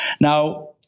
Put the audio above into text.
Now